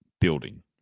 building